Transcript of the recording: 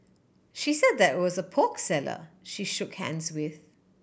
she said that was a pork seller she shook hands with